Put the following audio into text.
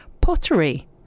pottery